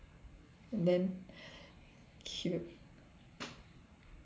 damn cute